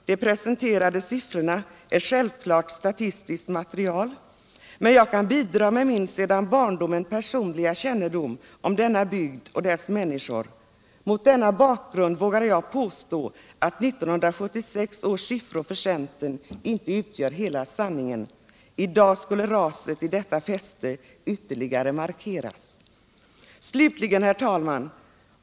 De presenterade siffrorna är självklart statistiskt material, men jag kan bidra med min sedan barndomen personliga kännedom om denna bygd och dess människor. Mot denna bakgrund vågar jag påstå att 1976 års siffror för centern inte utgör hela sanningen. I dag skulle raset i detta fäste ytterligare markeras. Slutligen, herr talman!